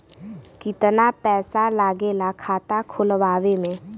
कितना पैसा लागेला खाता खोलवावे में?